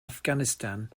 afghanistan